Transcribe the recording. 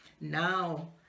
Now